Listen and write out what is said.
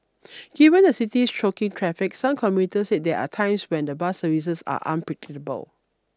given the city's choking traffic some commuters said there are times when the bus services are unpredictable